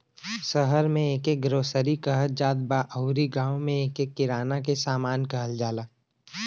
शहर में एके ग्रोसरी कहत जात बा अउरी गांव में एके किराना के सामान कहल जाला